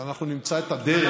ואנחנו נמצא את הדרך,